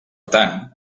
tant